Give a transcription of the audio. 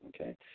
Okay